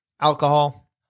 alcohol